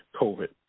covid